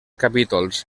capítols